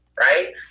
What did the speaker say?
right